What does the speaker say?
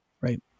right